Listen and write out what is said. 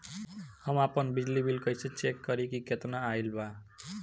हम आपन बिजली बिल कइसे चेक करि की केतना आइल बा?